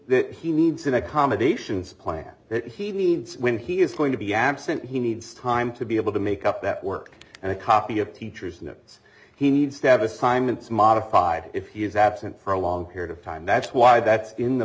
that he needs in accommodations plan that he needs when he is going to be absent he needs time to be able to make up that work and a copy of teachers notes he needs to have assignments modified if he is absent for a long period of time that's why that's in the